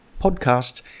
podcast